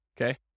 okay